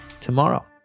tomorrow